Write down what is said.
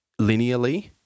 linearly